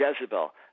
Jezebel